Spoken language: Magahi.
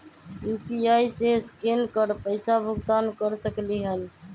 यू.पी.आई से स्केन कर पईसा भुगतान कर सकलीहल?